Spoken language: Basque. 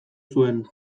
zuen